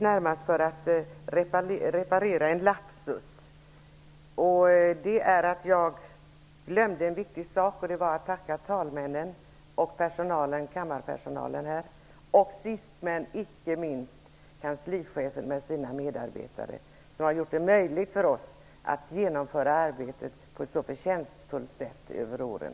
Herr talman! Jag begärde ordet närmast för att reparera en lapsus. Jag glömde en viktig sak. Det var att tacka talmännen och kammarpersonalen och, sist men inte minst, kanslichefen med sina medarbetare, som har gjort det möjligt för oss att genomföra arbetet på ett så förtjänstfullt sätt över åren.